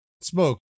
Smoke